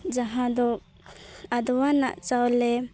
ᱡᱟᱦᱟᱸ ᱫᱚ ᱟᱫᱚᱣᱟᱱᱟᱜ ᱪᱟᱣᱞᱮ